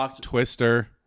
Twister